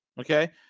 okay